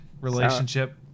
relationship